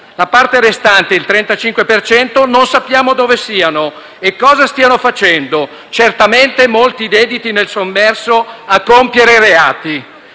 parte restante, il 35 per cento, non sappiamo dove siano e cosa stiano facendo, certamente molti sono dediti nel sommerso a compiere reati.